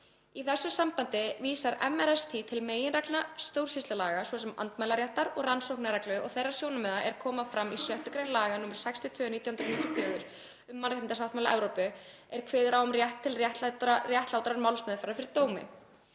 Í þessu sambandi vísar MRSÍ til meginreglna stjórnsýslulaga svo sem andmælaréttar og rannsóknarreglu og þeirra sjónarmiða er fram koma í 6. gr. laga nr. 62/1994, um Mannréttindasáttmála Evrópu (MSE) er kveður á um rétt til réttlátrarmálsmeðferðar fyrir dómi.